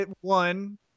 one